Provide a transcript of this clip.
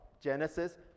Genesis